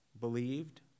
believed